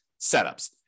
setups